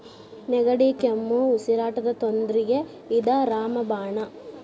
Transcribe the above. ನೆಗಡಿ, ಕೆಮ್ಮು, ಉಸಿರಾಟದ ತೊಂದ್ರಿಗೆ ಇದ ರಾಮ ಬಾಣ